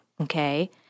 Okay